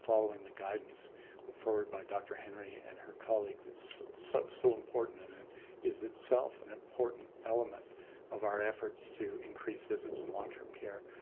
following the guidance but forwarded by doctor henry and her colleagues is so so important and is itself an important element of our efforts to increase visits in long-term care.